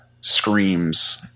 screams